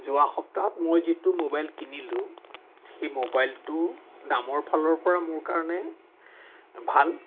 যোৱা সপ্তাহত মই যিটো মোবাইল কিনিলোঁ সেই মোবাইলটো দামৰ ফালৰ পৰা মোৰ কাৰণে ভাল